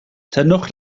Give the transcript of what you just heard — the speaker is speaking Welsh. tynnwch